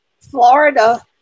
Florida